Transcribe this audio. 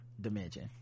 dimension